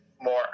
more